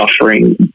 suffering